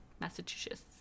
Massachusetts